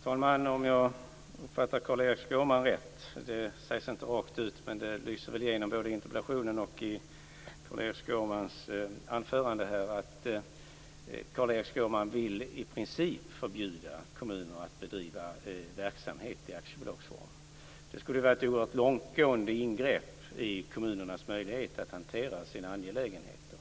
Fru talman! Om jag uppfattade Carl-Erik Skårman rätt - det sägs inte rakt ut, men det lyser igenom både i interpellationen och i Carl-Erik Skårmans anförande - vill Carl-Erik Skårman i princip förbjuda kommuner att bedriva verksamhet i aktiebolagsform. Det skulle vara ett oerhört långtgående ingrepp i kommunernas möjlighet att hantera sina angelägenheter.